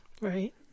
Right